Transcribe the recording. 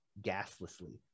gaslessly